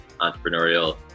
entrepreneurial